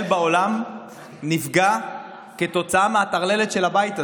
בעולם נפגע כתוצאה המטרללת של הבית הזה.